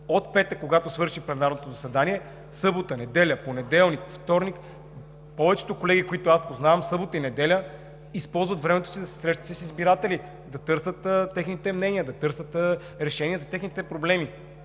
от петък, когато свърши пленарното заседание – събота, неделя, понеделник и вторник, особено в събота и неделя използват времето си да се срещат с избиратели, да търсят техните мнения, да търсят решения за техните проблеми.